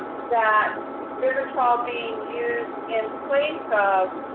that vivitrol being used in place of,